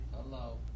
Hello